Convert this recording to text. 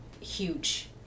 huge